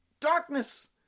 Darkness